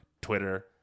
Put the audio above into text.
Twitter